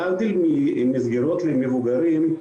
להבדיל ממסגרות למבוגרים,